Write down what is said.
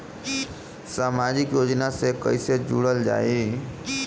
समाजिक योजना से कैसे जुड़ल जाइ?